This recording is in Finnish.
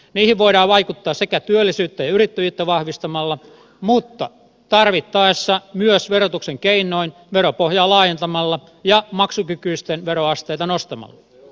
niihin voidaan vaikuttaa sekä työllisyyttä ja yrittäjyyttä vahvistamalla mutta tarvittaessa myös verotuksen keinoin veropohjaa laajentamalla ja maksukykyisten veroasteita nostamalla